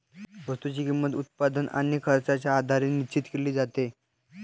वस्तूची किंमत, उत्पन्न आणि खर्चाच्या आधारे निश्चित केली जाते